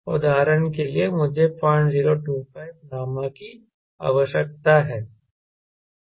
उदाहरण के लिए मुझे 0025 नामक की आवश्यकता है